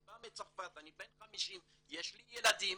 יש לי ילדים,